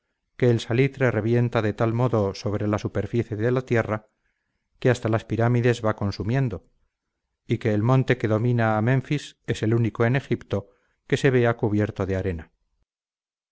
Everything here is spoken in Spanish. que el salitre revienta de tal modo sobre la superficie de la tierra que hasta las pirámides va consumiendo y que el monte que domina a menfis es el único en egipto que se vea cubierto de arena